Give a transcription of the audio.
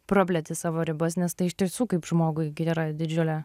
prapleti savo ribas nes tai iš tiesų kaip žmogui gi yra didžiulė